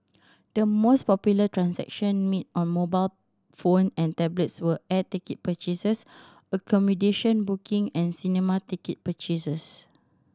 the most popular transaction made on mobile phone and tablets were air ticket purchases accommodation booking and cinema ticket purchases